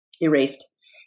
Erased